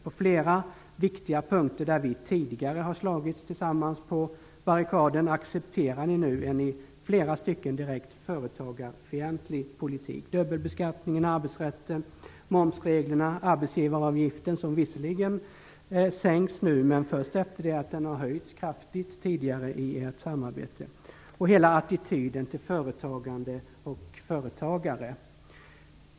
På flera viktiga punkter där vi tidigare har slagits tillsammans på barrikaderna accepterar ni nu en i flera stycken direkt företagarfientlig politik. Det gäller dubbelbeskattningen, arbetsrätten, momsreglerna och arbetsgivaravgiften. Den sänks visserligen nu, men först efter det att den höjts kraftigt tidigare i ert samarbete. Det gäller också hela attityden till företagande och företagare.